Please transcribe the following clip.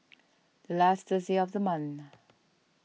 the last Thursday of the month